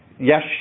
yes